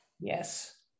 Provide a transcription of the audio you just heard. yes